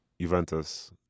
Juventus